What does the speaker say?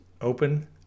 open